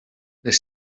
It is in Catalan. les